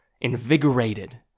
invigorated